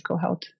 health